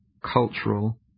cultural